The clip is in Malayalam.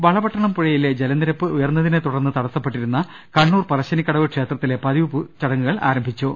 വളപട്ടണം പുഴയിലെ ജലനിരപ്പ് ഉയർന്നതിനെത്തുടർന്ന് തടസ്സപ്പെട്ടിരുന്ന കണ്ണൂർ പറശ്ശിനിക്കടവ് ക്ഷേത്രത്തിലെ പതിവ് ചടങ്ങുകൾ പുനരാരംഭിച്ചു